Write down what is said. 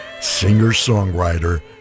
singer-songwriter